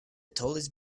tallest